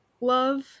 love